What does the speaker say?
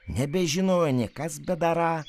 nebežinojo nė kas bedarą